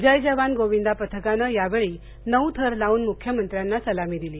जय जवान गोविंदा पथकानं यावेळी नऊ थर लावून मुख्यमंत्र्यांना सलामी दिली